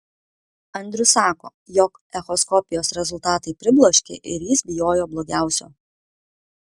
andrius sako jog echoskopijos rezultatai pribloškė ir jis bijojo blogiausio